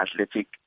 athletic